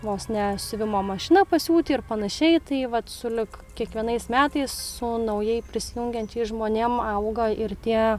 vos ne siuvimo mašina pasiūti ir panašiai tai vat sulig kiekvienais metais su naujai prisijungiančiais žmonėm auga ir tie